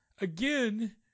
again